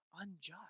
unjust